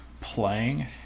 playing